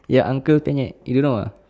ya uncle penyet you know ah